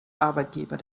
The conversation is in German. arbeitgeber